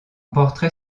portrait